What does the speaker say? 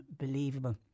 unbelievable